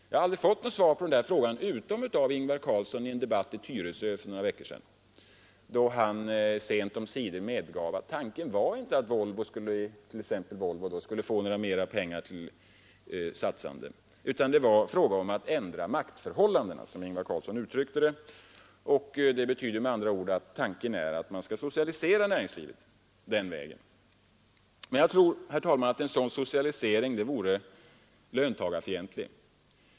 Jag har aldrig fått något svar på den frågan, utom av Ingvar Carlsson i en debatt i Tyresö för några veckor sedan, då han sent omsider medgav att tanken inte var att t.ex. Volvo skulle få mera pengar till sitt satsande, utan att det var fråga om att ändra maktförhållandena, såsom herr Carlsson uttryckte det. Det betyder med andra ord att tanken är att socialisera näringslivet den vägen. Jag tror emellertid, herr talman, att en sådan socialisering vore löntagarfientlig.